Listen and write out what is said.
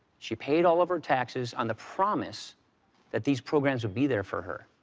she paid all of her taxes on the promise that these programs would be there for her.